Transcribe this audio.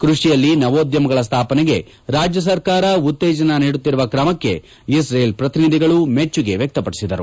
ಕೃಷಿಯಲ್ಲಿ ನವೋದ್ಯಮಗಳ ಸ್ವಾಪನೆಗೆ ರಾಜ್ಯ ಸರ್ಕಾರ ಉತ್ತೇಜನ ನೀಡುತ್ತಿರುವ ಕ್ರಮಕ್ಕೆ ಇಸ್ರೇಲ್ ಪ್ರತಿನಿಧಿಗಳು ಮೆಚ್ಚುಗೆ ವ್ಯಕ್ತಪಡಿಸಿದರು